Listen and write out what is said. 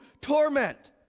torment